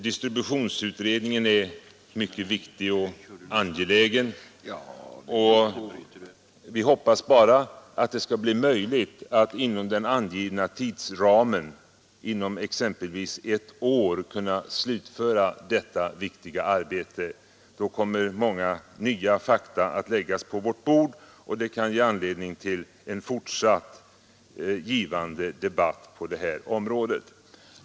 Distributionsutredningen är mycket viktig och angelägen, och vi hoppas bara att det skall bli möjligt för den att inom den angivna tidsramen, inom exempelvis ett år, kunna slutföra detta viktiga arbete. Då kommer många nya fakta att läggas på vårt bord, och det kan ge anledning till en fortsatt givande debatt på det här området.